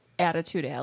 Attitude